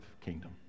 kingdom